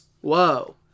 Whoa